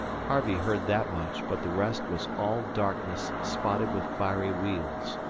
harvey heard that much, but the rest was all darkness spotted with fiery wheels.